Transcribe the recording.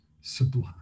sublime